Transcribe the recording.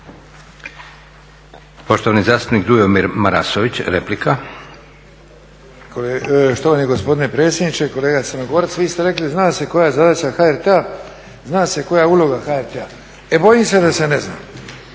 Poštovani zastupnik Dujomir Marasović, replika. **Marasović, Dujomir (HDZ)** Štovani gospodine predsjedniče. Kolega Crnogorac, vi ste rekli zna se koja je zadaća HRT-a, zna se koja je uloga HRT-a. E bojim se da se ne zna.